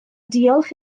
diolch